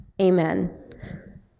amen